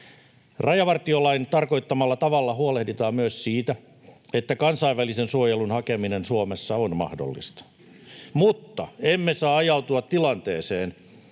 Rajavartiolain tarkoittamalla tavalla huolehditaan myös siitä, että kansainvälisen suojelun hakeminen Suomesta on mahdollista, mutta emme saa ajautua tilanteeseen,